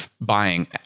buying